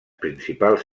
principals